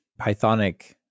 Pythonic